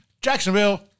Jacksonville